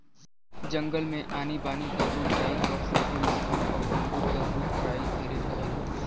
जंगल मे आनी बानी कर रूख राई कर संघे मउहा अउ अंगुर कर रूख राई ढेरे अहे